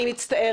אני מצטערת,